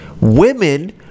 women